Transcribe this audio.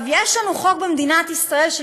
יש לנו חוק במדינת ישראל,